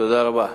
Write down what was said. תודה רבה.